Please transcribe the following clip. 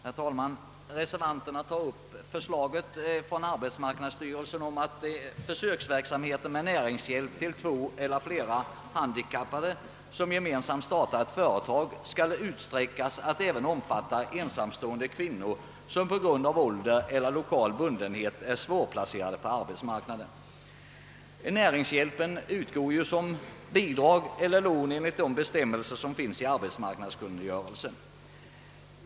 Herr talman! Reservanterna tar upp förslaget från arbetsmarknadsstyrelsen om att försöksverksamheten med näringshjälp till två eller flera handikappade som gemensamt startar ett företag skall utökas att även omfatta ensamstående kvinnor som på grund av ålder eller lokal bundenhet är svårplacerade på arbetsmarknaden. Näringshjälpen utgår ju som bidrag eller lån enligt de bestämmelser som finns i arbetsmarknadskungörelsen.